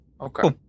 Okay